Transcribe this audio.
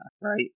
right